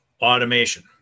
automation